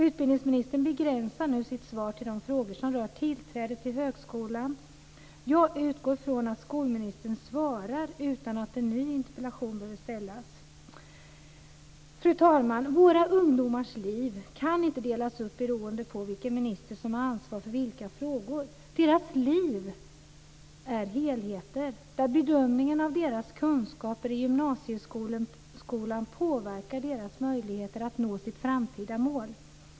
Utbildningsministern begränsar nu sitt svar till de frågor som rör tillträde till högskolan. Jag utgår från att skolministern svarar utan att en ny interpellation behöver ställas. Fru talman! Våra ungdomars liv kan inte delas upp beroende på vilken minister som har ansvar för vilka frågor. Deras liv är helheter, där bedömningen av deras kunskaper i gymnasieskolan påverkar deras möjligheter att nå sitt framtida mål.